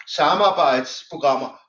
samarbejdsprogrammer